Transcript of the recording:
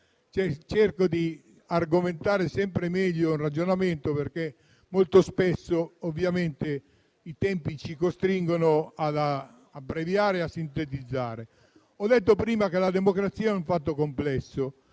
cercando di argomentare sempre meglio il ragionamento, in quanto molto spesso i tempi ci costringono ad abbreviare e a sintetizzare. Ho detto prima che la democrazia è un fatto complesso.